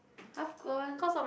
half gone